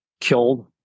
killed